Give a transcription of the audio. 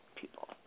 people